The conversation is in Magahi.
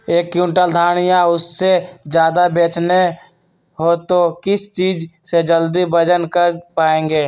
एक क्विंटल धान या उससे ज्यादा बेचना हो तो किस चीज से जल्दी वजन कर पायेंगे?